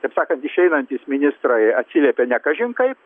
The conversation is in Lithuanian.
taip sakant išeinantys ministrai atsiliepė ne kažin kaip